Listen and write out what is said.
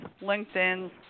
LinkedIn